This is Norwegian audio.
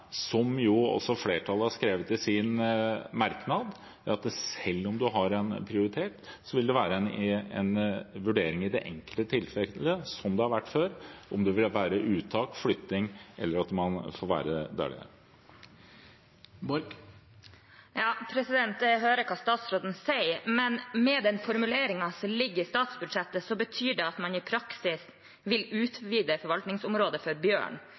flertallet har skrevet i sin merknad – at selv om man har en prioritet, vil det være en vurdering i det enkelte tilfelle, som det har vært før, om det vil være uttak, flytting eller at de får være der de er. Jeg hører hva statsråden sier, men med den formuleringen som ligger i statsbudsjettet, betyr det i praksis at man vil utvide forvaltningsområdet for bjørn.